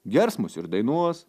gers mus ir dainuos